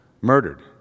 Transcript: murdered